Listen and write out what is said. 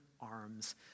arms